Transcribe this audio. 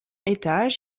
étage